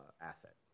asset